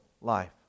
life